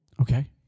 Okay